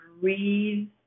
breathe